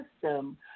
system